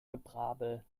gebrabbel